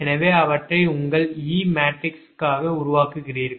எனவே அவற்றை உங்கள் e மேட்ரிக்ஸாக உருவாக்குகிறீர்கள்